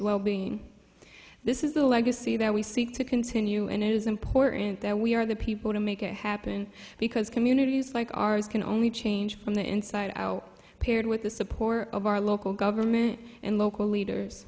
well being this is the legacy that we seek to continue and it is important that we are the people to make it happen because communities like ours can only change from the inside out paired with the support of our local government and local leaders